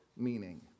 meaning